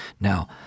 Now